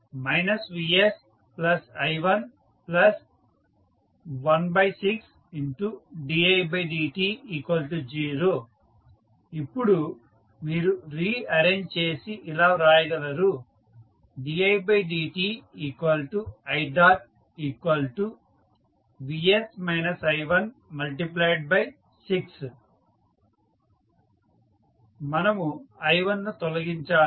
vsi116didt0 ఇప్పుడు మీరు rearrange చేసి ఇలా వ్రాయగలరు didti6 మనము i1ను తొలగించాలి